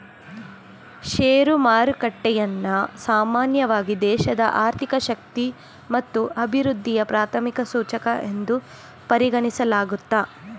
share ಮಾರುಕಟ್ಟೆಯನ್ನ ಸಾಮಾನ್ಯವಾಗಿ ದೇಶದ ಆರ್ಥಿಕ ಶಕ್ತಿ ಮತ್ತು ಅಭಿವೃದ್ಧಿಯ ಪ್ರಾಥಮಿಕ ಸೂಚಕ ಎಂದು ಪರಿಗಣಿಸಲಾಗುತ್ತೆ